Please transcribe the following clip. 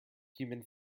human